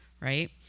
Right